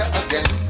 again